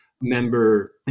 member